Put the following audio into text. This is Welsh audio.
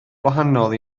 gwahanol